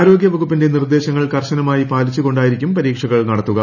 ആരോഗ്യവകുപ്പിന്റെ നിർദ്ദേശങ്ങൾ കർശനമായി പാലിച്ചുകൊണ്ടായിരിക്കും പരീക്ഷകൾ നടത്തുക